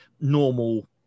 Normal